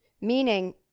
Meaning